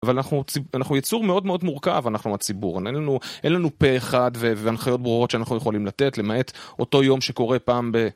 אבל אנחנו יצוג מאוד מאוד מורכב, אנחנו מהציבור, אין לנו פה אחד והנחיות ברורות שאנחנו יכולים לתת למעט אותו יום שקורה פעם ב...